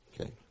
Okay